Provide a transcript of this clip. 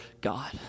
God